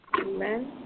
amen